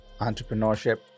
entrepreneurship